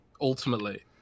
ultimately